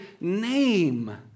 name